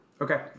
Okay